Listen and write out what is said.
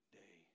day